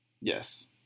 Yes